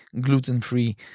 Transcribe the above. Gluten-Free